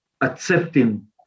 accepting